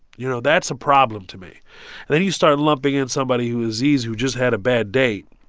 you know? that's a problem to me then you start lumping in somebody who aziz, who just had a bad date